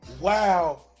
Wow